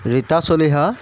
Rita Chaliha